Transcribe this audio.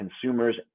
consumers